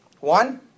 One